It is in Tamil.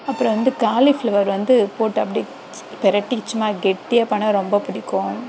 அப்புறம் வந்து காலிஃப்ளவர் வந்து போட்டு அப்படியே புரட்டி சும்மா கெட்டியாக பண்ணிணா எனக்கு ரொம்ப பிடிக்கும்